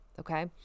Okay